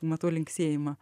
matau linksėjimą